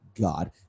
God